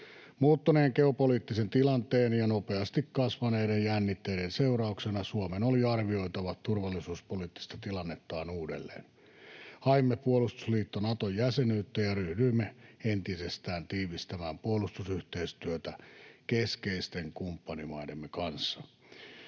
Muuttuneen geopoliittisen tilanteen ja nopeasti kasvaneiden jännitteiden seurauksena Suomen oli arvioitava turvallisuuspoliittista tilannettaan uudelleen. Haimme puolustusliitto Naton jäsenyyttä ja ryhdyimme entisestään tiivistämään puolustusyhteistyötä keskeisten kumppanimaidemme kanssa.